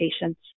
patients